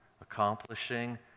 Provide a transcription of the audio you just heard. accomplishing